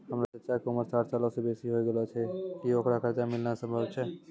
हमरो चच्चा के उमर साठ सालो से बेसी होय गेलो छै, कि ओकरा कर्जा मिलनाय सम्भव छै?